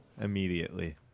immediately